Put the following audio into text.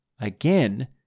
again